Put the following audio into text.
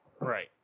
Right